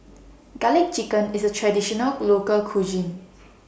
Garlic Chicken IS A Traditional Local Cuisine